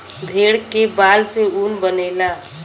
भेड़ के बाल से ऊन बनेला